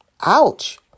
Ouch